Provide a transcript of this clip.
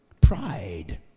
Pride